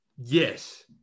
Yes